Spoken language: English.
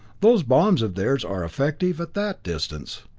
those bombs of theirs are effective at that distance.